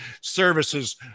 services